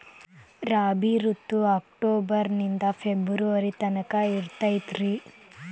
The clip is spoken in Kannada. ರಾಬಿ ಋತು ಅಕ್ಟೋಬರ್ ನಿಂದ ಫೆಬ್ರುವರಿ ತನಕ ಇರತೈತ್ರಿ